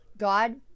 God